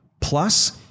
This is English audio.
Plus